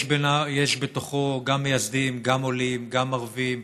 יש בתוכו גם מייסדים, גם עולים, גם ערבים,